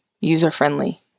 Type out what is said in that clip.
user-friendly